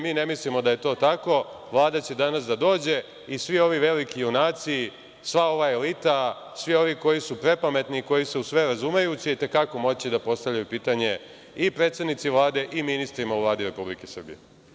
Mi ne mislimo da je to tako, Vlada će danas da dođe i svi ovi veliki junaci, sva ova elita, svi ovi koji su prepametni, koji se u sve razumeju, će itekako moći da postavljaju pitanje i predsednici Vlade i ministrima u Vladi Republike Srbije.